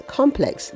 complex